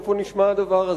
איפה נשמע הדבר הזה?